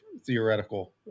theoretical